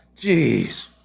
Jeez